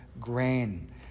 grain